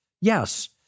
Yes